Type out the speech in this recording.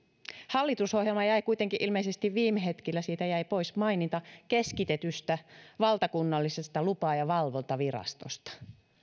hallitusohjelmasta jäi kuitenkin ilmeisesti viime hetkillä pois maininta keskitetystä valtakunnallisesta lupa ja valvontavirastosta